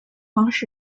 方式